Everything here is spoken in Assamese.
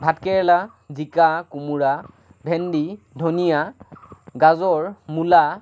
ভাতকেৰেলা জিকা কোমোৰা ভেণ্ডি ধনিয়া গাজৰ মূলা